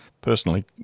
personally